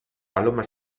paloma